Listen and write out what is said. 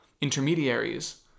intermediaries